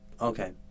Okay